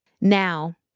Now